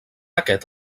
aquest